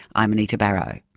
i'm anita barraud